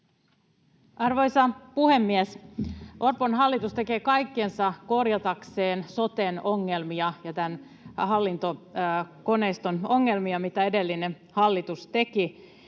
Arvoisa puhemies! Orpon hallitus tekee kaikkensa korjatakseen soten ongelmia ja tämän hallintokoneiston ongelmia, mitä edellinen hallitus teki,